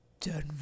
denver